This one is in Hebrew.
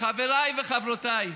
חבריי וחברותיי,